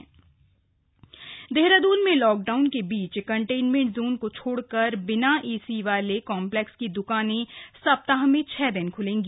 राजधानी खलेंगी देहराद्रन में लॉकडाउन के बीच कंटेनमेंट जोन को छोड़कर बिना एसी वाले कॉम्प्लेक्स की द्वकानें सप्ताह में छह दिन खूलेंगी